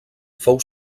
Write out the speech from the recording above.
fou